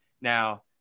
Now